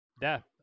death